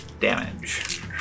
damage